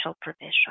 provision